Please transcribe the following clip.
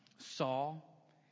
Saul